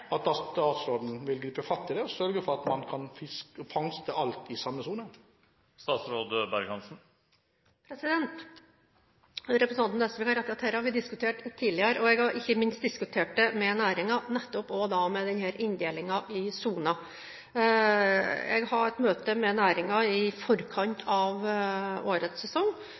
gripe fatt i dette og sørge for at man kan fangste alt i samme sone? Representanten Nesvik har rett i at dette har vi diskutert tidligere. Jeg har ikke minst diskutert det med næringen, nettopp angående denne inndelingen i soner. Jeg hadde et møte med næringen i forkant av årets sesong,